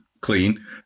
clean